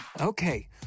okay